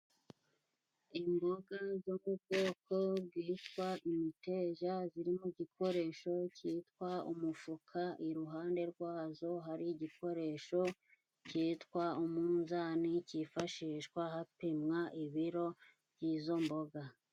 Imboga zo mu bwoko bwitwa imiteja ziri mu gikoresho cyitwa umufuka, ,iruhande rwazo hari igikoresho cyitwa umunzani cyifashishwa hapimwa ibiro by'izo mboga.